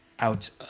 out